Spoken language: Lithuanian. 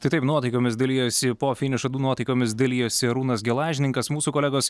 tai taip nuotaikomis dalijosi po finišo nuotaikomis dalijosi arūnas gelažninkas mūsų kolegos